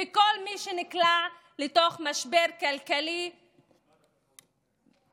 וכל מי שנקלע למשבר כלכלי בעקבות